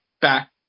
back